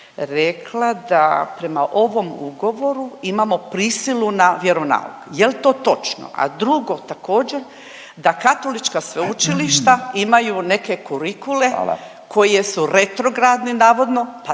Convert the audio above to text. rekla da „prema ovom ugovoru imamo prisilu na vjeronauk“ jel to točno? A drugo također da katolička sveučilišta imaju neke kurikule …/Upadica Radin: Hvala./…